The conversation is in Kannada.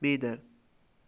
ಬೀದರ್